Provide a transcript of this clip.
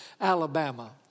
Alabama